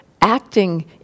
acting